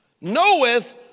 knoweth